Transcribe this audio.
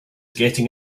getting